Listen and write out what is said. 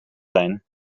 zijn